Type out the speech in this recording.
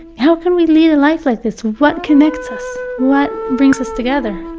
how can we lead a life like this? what connects us? what brings us together?